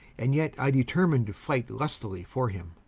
and yet i determine to fight lustily for him